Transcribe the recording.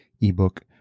ebook